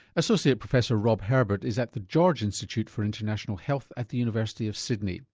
associate professor rob herbert is at the george institute for international health at the university of sydney.